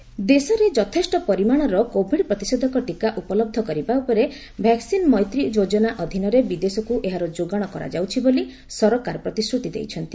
vaccine supply ଦେଶରେ ଯଥେଷ୍ଟ ପରିମାଣର କୋଭିଡ ପ୍ରତିଷେଧକ ଟିକା ଉପଲହ୍ଧ କରିବା ପରେ ଭାକ୍କିନ ମୈତ୍ରୀ ଯୋଜନା ଅଧୀନରେ ବିଦେଶକୁ ଏହାର ଯୋଗାଣ କରାଯାଉଛି ବୋଲି ସରକାର ପ୍ରତିଶ୍ରତି ଦେଇଛନ୍ତି